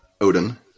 Odin